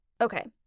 Okay